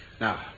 Now